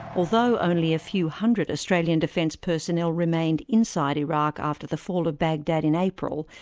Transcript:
although only a few hundred australian defence personnel remained inside iraq after the fall of baghdad in april,